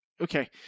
okay